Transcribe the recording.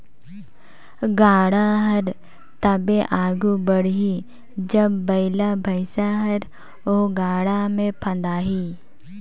गाड़ा हर तबे आघु बढ़ही जब बइला भइसा हर ओ गाड़ा मे फदाही